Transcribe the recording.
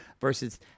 versus